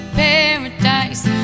paradise